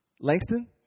Langston